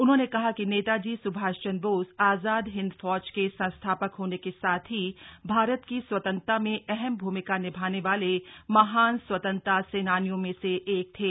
उन्होंने कहा कि नेताजी सुभाष चंद्र बोस आजाद हिंद फौज के संस्था क होने के साथ ही भारत की स्वतंत्रता में अहम भूमिका निभाने वाले महान स्वतंत्रता सेनानियों में से एक थे